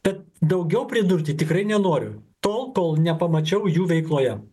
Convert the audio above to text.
bet daugiau pridurti tikrai nenoriu tol kol nepamačiau jų veikloje